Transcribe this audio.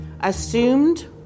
assumed